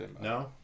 no